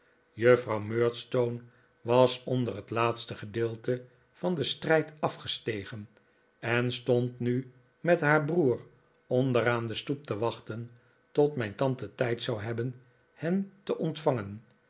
juffrouw murdstone was onder het laatste gedeelte van den strijd afgestegen en stond nu met haar broer onder aan de stoep te wachten tot mijn tante tijd zou hebben hen te ontvangen